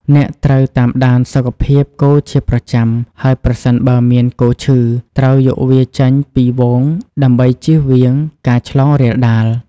អ្នកត្រូវតាមដានសុខភាពគោជាប្រចាំ ហើយប្រសិនបើមានគោឈឺ ត្រូវយកវាចេញពីហ្វូងដើម្បីចៀសវាងការឆ្លងរាលដាល។